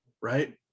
right